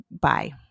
bye